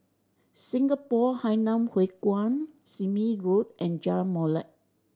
Singapore Hainan Hwee Kuan Sime Road and Jalan Molek